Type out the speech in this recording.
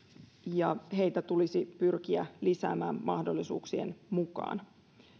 ja heitä tulisi pyrkiä lisäämään mahdollisuuksien mukaan